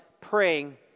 praying